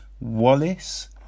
Wallace